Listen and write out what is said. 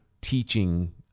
teaching